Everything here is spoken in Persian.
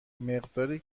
مقداری